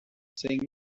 saying